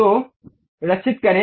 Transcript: तो सेव करे